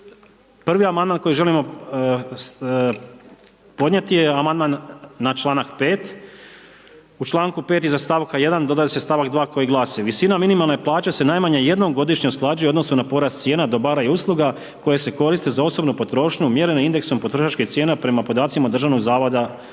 prvi amandman koji želimo podnijeti je amandman na članak 5. U članku 5. iza stavka 1. dodaje se stavak 2. koji glasi: „Visina minimalne plaće se najmanje jednom godišnje usklađuje u odnosu na porast cijene, dobara i usluga koje se koriste za osobnu potrošnju mjereno indeksom potrošačkih cijena prema podacima Državnog zavoda za